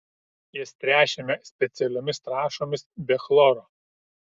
jas tręšiame specialiomis trąšomis be chloro